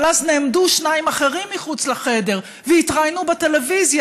אבל אז נעמדו שניים אחרים מחוץ לחדר והתראיינו בטלוויזיה,